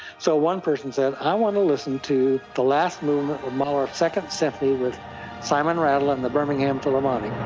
so one person said, i want to listen to the last movement of mahler's second symphony with simon rattle and the birmingham philharmonic.